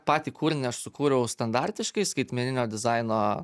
patį kūrinį aš sukūriau standartiškai skaitmeninio dizaino